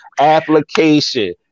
application